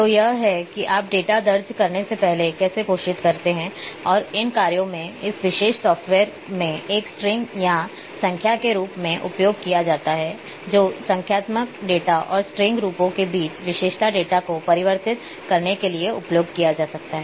तो यह है कि आप डेटा दर्ज करने से पहले कैसे घोषित करते हैं और इन कार्यों में इस विशेष सॉफ़्टवेयर में एक स्ट्रिंग या संख्या के रूप में उपयोग किया जाता है जो संख्यात्मक डेटा और स्ट्रिंग रूपों के बीच विशेषता डेटा को परिवर्तित करने के लिए उपयोग किया जा सकता है